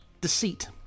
deceit